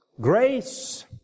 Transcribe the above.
Grace